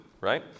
right